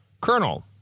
colonel